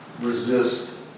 resist